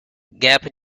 gap